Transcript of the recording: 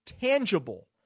tangible